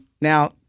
Now